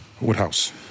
Woodhouse